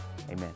Amen